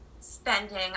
spending